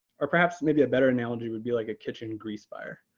or perhaps maybe a better analogy would be like a kitchen grease fire.